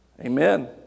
Amen